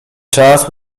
czas